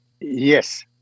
yes